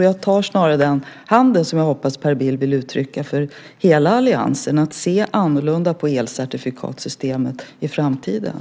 Jag tar snarare den hand som jag hoppas Per Bill vill sträcka fram för hela alliansen att se annorlunda på elcertifikatsystemet i framtiden.